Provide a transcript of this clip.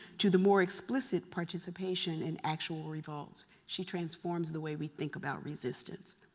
to the more explicit participation in actual revolts. she transforms the way we think about resistance.